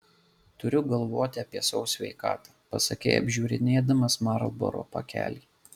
turiu galvoti apie savo sveikatą pasakei apžiūrinėdamas marlboro pakelį